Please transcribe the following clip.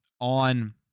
on